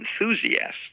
enthusiasts